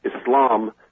Islam